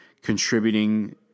contributing